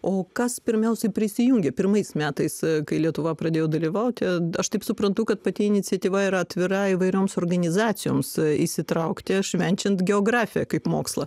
o kas pirmiausiai prisijungė pirmais metais kai lietuva pradėjo dalyvauti aš taip suprantu kad pati iniciatyva yra atvira įvairioms organizacijoms įsitraukti švenčiant geografiją kaip mokslą